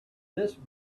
this